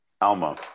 Alma